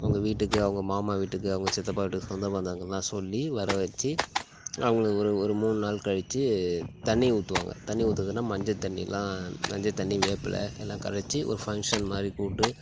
அவங்க வீட்டுக்கு அவங்க மாமா வீட்டுக்கு அவங்க சித்தப்பா வீட்டுக்கு சொந்தபந்தங்கள்லாம் சொல்லி வரவச்சு அவங்க ஒரு ஒரு மூணு நாள் கழிச்சு தண்ணீ ஊற்றுவாங்க தண்ணீ ஊற்றுறதுனா மஞ்சள் தண்ணியில் மஞ்சள் தண்ணீ வேப்பிலை எல்லாம் கரைச்சு ஒரு ஃபங்க்ஷன் மாதிரி கூப்டு